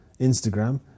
Instagram